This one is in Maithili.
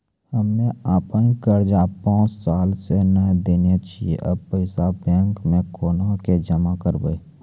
हम्मे आपन कर्जा पांच साल से न देने छी अब पैसा बैंक मे कोना के जमा करबै?